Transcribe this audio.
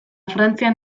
frantzian